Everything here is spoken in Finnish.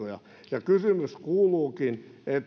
ja kysymys kuuluukin